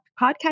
podcast